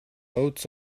oats